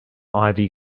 ivy